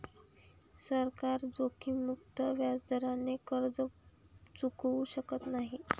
सरकार जोखीममुक्त व्याजदराने कर्ज चुकवू शकत नाही